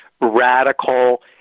radical